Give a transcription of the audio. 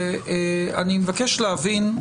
אני מבקש להבין,